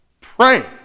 pray